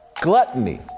Gluttony